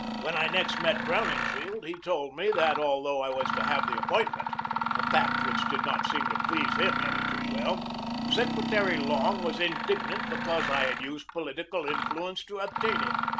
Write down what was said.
when i next met crowninshield he told me that, although i was to have the appointment a fact which did not seem to please him any too well secretary long was indignant because i had used political influence to obtain it.